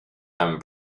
and